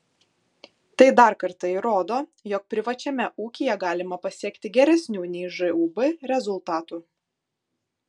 tai dar kartą įrodo jog privačiame ūkyje galima pasiekti geresnių nei žūb rezultatų